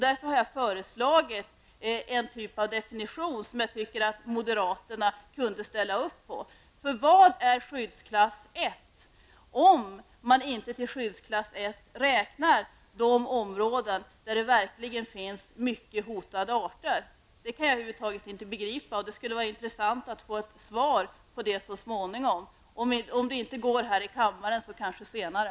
Därför har jag föreslagit en typ av definition som jag tycker att moderaterna kunde ställa sig bakom. Jag undrar nämligen vad skyddsklass 1 är om man inte till skyddsklass 1 räknar de områden där det verkligen finns många hotade arter. Det kan jag över huvud taget inte begripa. Det skulle vara intressant att få ett svar på det så småningom. Om det inte är möjligt att lämna det nu här i kammaren kanske jag kan få det senare.